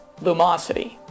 Lumosity